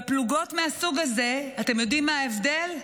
בפלוגות מהסוג הזה, אתם יודעים מה ההבדל?